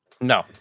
No